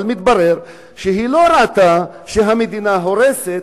אבל מתברר שהיא לא ראתה שהמדינה הורסת